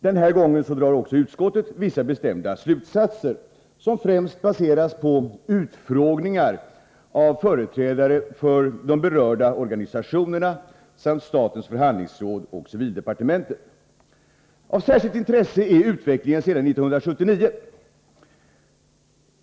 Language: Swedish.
Den här gången drar utskottet vissa bestämda slutsatser, som främst baseras på utfrågningar av företrädare för de berörda organisationerna samt statens förhandlingsråd och civildepartementet. Av särskilt intresse är utvecklingen sedan 1979.